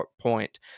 point